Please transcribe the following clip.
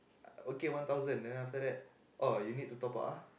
okay one thousand then after that oh you need to top up ah